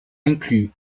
inclut